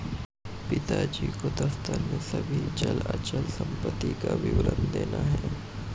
पिताजी को दफ्तर में सभी चल अचल संपत्ति का विवरण देना है